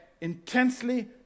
intensely